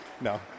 No